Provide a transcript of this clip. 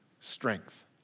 strength